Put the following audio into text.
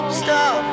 stop